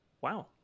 wow